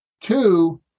Two